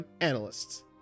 analysts